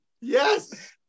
Yes